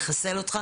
לחסל אותך,